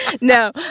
No